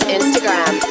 Instagram